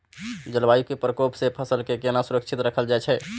जलवायु के प्रकोप से फसल के केना सुरक्षित राखल जाय छै?